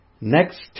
next